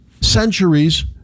centuries